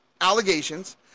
allegations